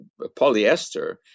polyester